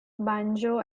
banjo